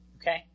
Okay